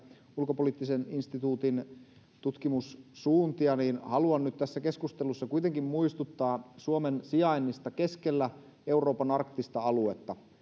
ulkopoliittisen instituutin tutkimussuuntia niin haluan nyt tässä keskustelussa kuitenkin muistuttaa suomen sijainnista keskellä euroopan arktista aluetta